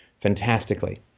fantastically